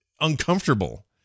uncomfortable